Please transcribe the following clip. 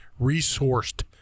resourced